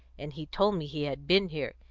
and he told me he had been here.